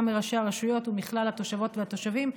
גם מראשי הרשויות ובכלל התושבות והתושבים.